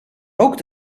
rook